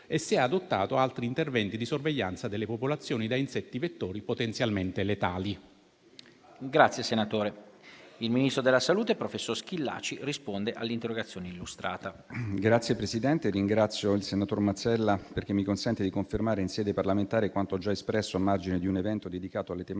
o se abbia adottato altri interventi di sorveglianza delle popolazioni da insetti vettori potenzialmente letali.